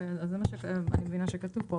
אני מבינה שזה מה שכתוב כאן.